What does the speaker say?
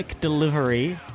delivery